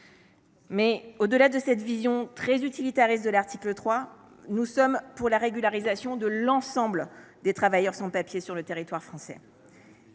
Sénat. Au delà de cette vision très utilitariste de l’article 3, nous sommes pour la régularisation de l’ensemble des travailleurs sans papiers sur le territoire français.